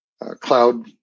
cloud